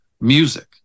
music